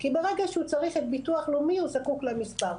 כי ברגע שהוא צריך את ביטוח לאומי הוא זקוק למספר.